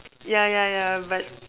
yeah yeah yeah but